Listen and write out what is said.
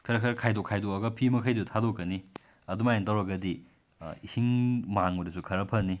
ꯈꯔ ꯈꯔ ꯈꯥꯏꯗꯣꯛ ꯈꯥꯏꯗꯣꯛꯑꯒ ꯐꯤꯈꯩꯗꯣ ꯊꯥꯗꯣꯛꯀꯅꯤ ꯑꯗꯨꯃꯥꯏ ꯇꯧꯔꯒꯗꯤ ꯏꯁꯤꯡ ꯃꯥꯡꯕꯗꯨꯁꯨ ꯈꯔ ꯐꯅꯤ